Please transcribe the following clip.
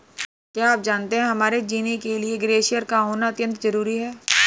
क्या आप जानते है हमारे जीने के लिए ग्लेश्यिर का होना अत्यंत ज़रूरी है?